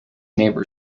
neighbor